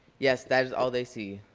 yes, that is all they see,